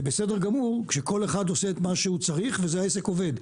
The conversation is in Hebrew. זה בסדר גמור כשכל אחד עושה מה שהוא צריך והעסק עובד,